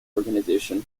organization